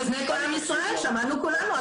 באוזני כל עם ישראל, שמענו כולנו.